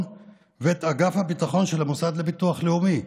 ואת אגף הביטחון של המוסד לביטוח לאומי.